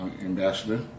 Ambassador